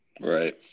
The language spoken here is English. Right